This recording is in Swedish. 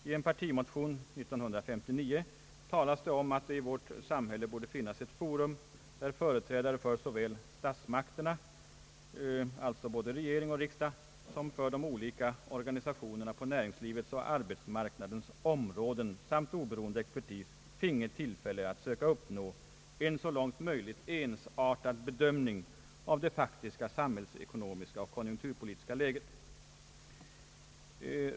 I en partimotion år 1959 talades det om att det i vårt samhälle borde finnas ett forum där företrädare för såväl statsmakterna — alltså både regering och riksdag — som de olika organisationerna på näringslivets och arbetsmarknadens områden samt dessutom oberoende expertis finge tillfälle att söka uppnå en så långt möjligt ensartad bedömning av det faktiska samhällsekonomiska och konjunkturpolitiska läget.